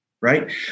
right